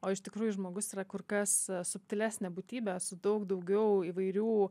o iš tikrųjų žmogus yra kur kas subtilesnė būtybė su daug daugiau įvairių